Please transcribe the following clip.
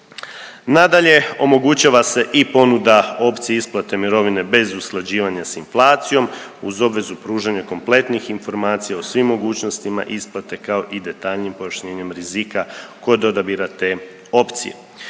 Nadalje, omogućava se i ponuda opcija isplate mirovine bez usklađivanja s inflacijom uz obvezu pružanja kompletnih informacija o svim mogućnostima isplate kao i detaljnijim pojašnjenjima rizika kod odabira te opcije.